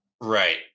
right